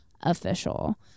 Official